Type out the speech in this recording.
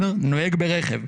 נוהג ברכב.